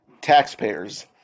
taxpayers